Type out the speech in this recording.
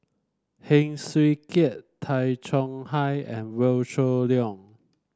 Heng Swee Keat Tay Chong Hai and Wee Shoo Leong